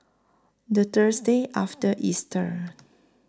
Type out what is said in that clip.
The Thursday after Easter